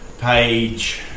Page